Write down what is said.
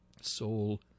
Soul